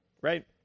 right